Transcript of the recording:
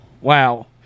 Wow